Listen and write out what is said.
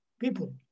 people